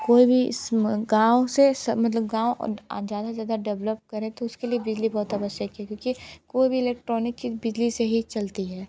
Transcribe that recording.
कोई गाँव से स मतलब गाँव ज़्यादा से ज़्यादा डेवलप करे तो उसके लिए बिजली बहुत आवश्यक है क्योंकि कोई भी इलेक्ट्रॉनिक चीज़ बिजली से ही चलती है